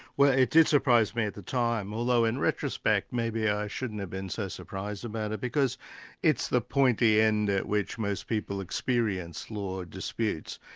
well it did surprise me at the time, although in retrospect, maybe i shouldn't have been so surprised about it because it's the pointy end at which most people experience law disputes,